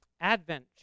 Advent